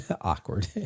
awkward